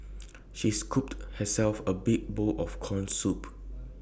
she scooped herself A big bowl of Corn Soup